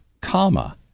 comma